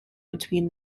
between